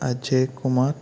Ajay Kumar